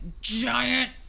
giant